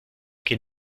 qu’il